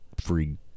free